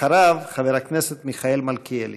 אחריו, חבר הכנסת מיכאל מלכיאלי.